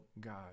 God